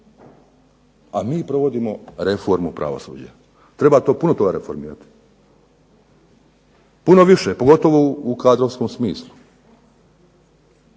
A mi provodimo reformu pravosuđa. Treba tu puno toga reformirati. Puno više, pogotovo u kadrovskom smislu.